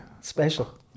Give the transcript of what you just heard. Special